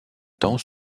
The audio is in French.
temps